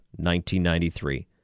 1993